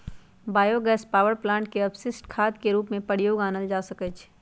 bio gas power plant के अपशिष्ट खाद के रूप में प्रयोग में आनल जा सकै छइ